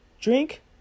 drink